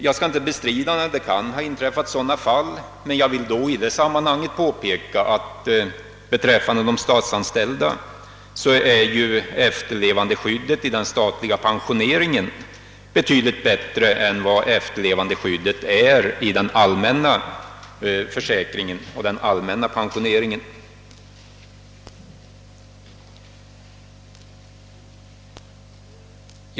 Jag skall inte bestrida att sådant kan ha inträffat, men jag vill i det sammanhanget påpeka att efterlevandeskyddet i den statliga pensioneringen är betydligt bättre än i den allmänna pensionsförsäkringen.